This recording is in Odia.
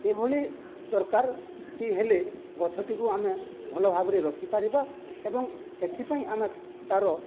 ଏଭଳି ଦରକାରଟି ହେଲେ ଗଛଟିକୁ ଆମେ ଭଲ ଭାବରେ ରଖି ପାରିବା ଏବଂ ଏଥି ପାଇଁ ଆମେ ତାର